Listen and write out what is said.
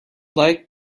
like